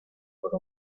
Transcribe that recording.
sólo